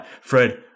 Fred